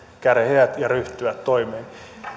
hihat ja ryhtyä toimeen